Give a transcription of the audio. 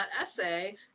essay